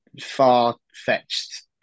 far-fetched